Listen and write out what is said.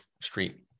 Street